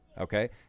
Okay